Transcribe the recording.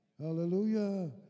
Hallelujah